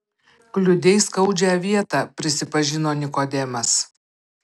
kliudei skaudžią vietą prisipažino nikodemas